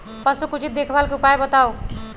पशु के उचित देखभाल के उपाय बताऊ?